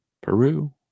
Peru